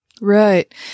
Right